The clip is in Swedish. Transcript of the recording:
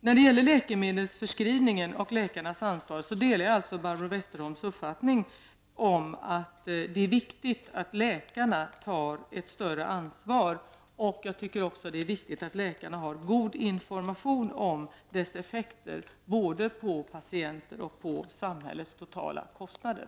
När det gäller läkemedelsförskrivningen och läkarnas ansvar delar jag alltså Barbro Westerholms uppfattning att det är viktigt att läkarna tar ett större ansvar. Jag tycker också att det är viktigt att läkarna har god information om dess effekter både på patienter och på samhällets totala kostnader.